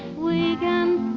we can